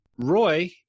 Roy